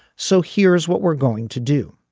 so here's what we're going to do.